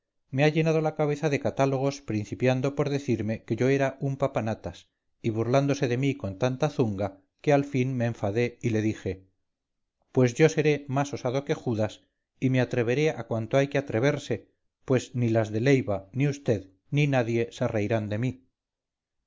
me ha llenado la cabeza de catálogos principiando por decirme que yo era un papanatas y burlándose de mí con tanta zunga que al fin me enfadé y dije pues yo seré más osado que judas y me atreveré a cuanto hay que atreverse pues ni las de leiva ni vd ni nadie se reirán de mí